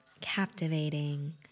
captivating